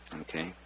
Okay